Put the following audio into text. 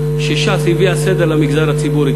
הומור: ש"ס הביאה סדר למגזר הציבורי,